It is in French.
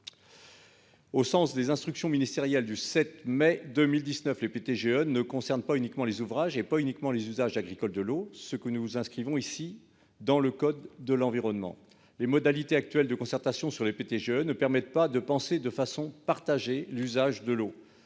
Au sens des instructions ministérielles du 7 mai 2019, les PTGE ne concernent pas uniquement les ouvrages et usages agricoles de l'eau- ce que nous inscrivons ici dans le code de l'environnement. Les modalités actuelles de concertation sur les PTGE ne permettent pas de penser de façon partagée l'usage de l'eau.